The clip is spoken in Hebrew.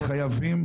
כי חייבים.